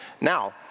Now